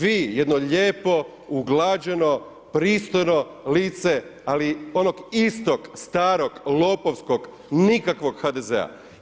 Vi, jedno lijepo, uglađeno, pristojno lice ali onog istog starog lopovskog, nikakvog HDZ-a.